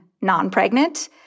non-pregnant